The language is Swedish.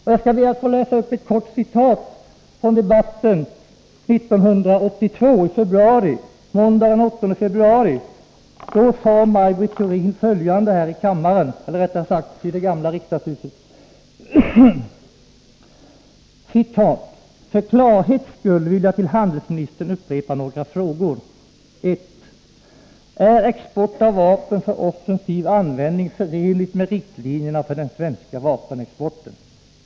Jag skall be att få läsa upp ett kort citat från debatten måndagen den 8 februari 1982. Då sade Maj Britt Theorin följande i riksdagshuset vid Sergels torg: ”För klarhets skull vill jag till handelsministern upprepa några frågor. 1. Är export av vapen för offensiv användning förenligt med riktlinjerna för den svenska vapenexporten?